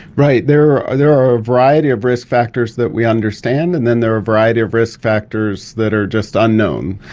right, there are there are a variety of risk factors that we understand, and then there are a variety of risk factors that are just unknown.